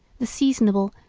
the seasonable,